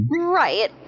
Right